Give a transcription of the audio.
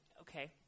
okay